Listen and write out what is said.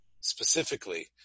specifically